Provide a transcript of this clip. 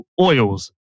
Oils